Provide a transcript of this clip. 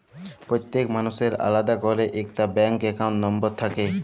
প্যত্তেক মালুসের আলেদা ক্যইরে ইকট ব্যাংক একাউল্ট লম্বর থ্যাকে